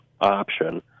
option